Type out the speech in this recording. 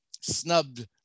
snubbed